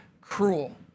cruel